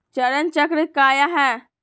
चरण चक्र काया है?